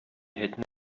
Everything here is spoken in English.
had